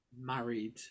married